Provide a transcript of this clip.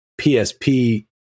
PSP